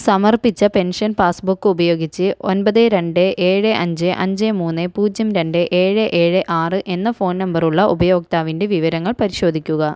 സമർപ്പിച്ച pension passbook ഉപയോഗിച്ച് ഒൻപത് രണ്ട് ഏഴ് അഞ്ച് അഞ്ച് മൂന്നേ പൂജ്യം രണ്ട് ഏഴ് ഏഴ് ആറ് എന്ന ഫോൺ നമ്പർ ഉള്ള ഉപയോക്താവിൻ്റെ വിവരങ്ങൾ പരിശോധിക്കുക